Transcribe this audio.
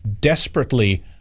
desperately